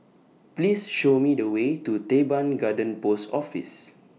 Please Show Me The Way to Teban Garden Post Office